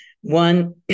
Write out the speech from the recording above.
One